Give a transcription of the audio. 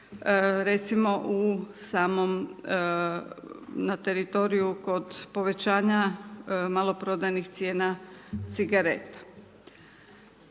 recimo u samom, na teritoriju kod povećanja maloprodajnih cijena cigareta.